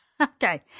Okay